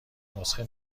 نسخه